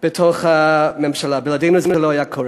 בתוך הממשלה, בלעדינו זה לא היה קורה.